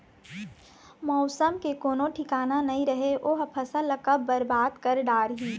मउसम के कोनो ठिकाना नइ रहय ओ ह फसल ल कब बरबाद कर डारही